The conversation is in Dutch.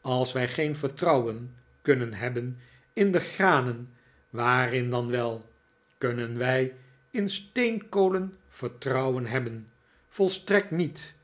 als wij geen vertrouwen kunnen hebben in de granen waarin dan wel kunnen wij in steenkolen vertrouwen hebben volstrekt niet